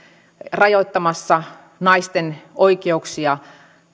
rajoittamassa naisten oikeuksia